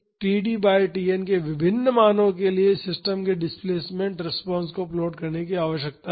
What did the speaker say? और हमें td by Tn के विभिन्न मानो के लिए सिस्टम के डिस्प्लेस्मेंट रिस्पांस को प्लॉट करने की आवश्यकता है